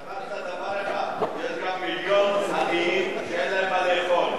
שכחת דבר אחד: יש גם מיליון עניים שאין להם מה לאכול,